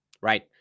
right